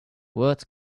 words